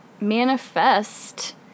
manifest